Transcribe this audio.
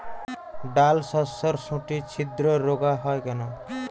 ডালশস্যর শুটি ছিদ্র রোগ হয় কেন?